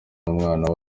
umwana